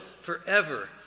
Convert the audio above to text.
forever